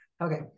Okay